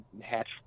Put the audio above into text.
hatch